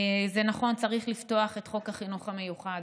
זה נכון, צריך לפתוח את חוק חינוך מיוחד.